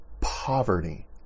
poverty